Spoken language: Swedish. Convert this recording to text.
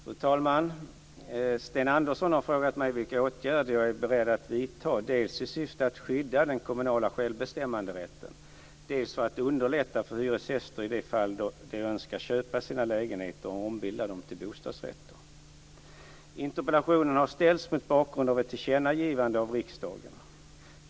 Fru talman! Sten Andersson har frågat mig vilka åtgärder jag är beredd att vidta dels i syfte att skydda den kommunala självbestämmanderätten, dels för att underlätta för hyresgäster i de fall de önskar köpa sina lägenheter och ombilda dem till bostadsrätter. Interpellationen har ställts mot bakgrund av ett tillkännagivande av riksdagen .